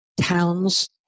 Towns